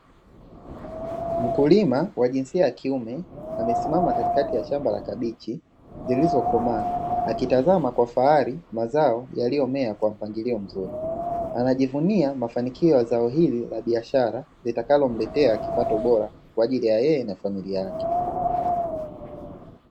Mkulima wa jinsia ya kiume amesimama katikati ya shamba la kabichi zilizokomaa akitazama kwa fahari mazao yaliomeabl kwa mpangilio mzuri. Anajivumia mafanikio ya zao hili la biashara litakalomletea kipato bora Kwa ajili ya yeye na familia yake.